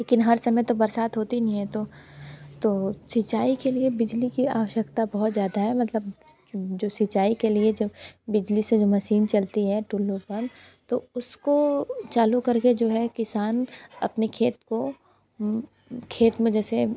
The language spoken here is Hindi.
लेकिन हर समय तो बरसात होती नहीं है तो तो सिंचाई के लिए बिजली की आवश्कता बहुत ज़्यादा है मतलब जो सिंचाई के लिए जो बिजली से जो मसीन चलती है टुल्लू पंप तो उसको चालु कर के जो है किसान अपने खेत को खेत में जैसे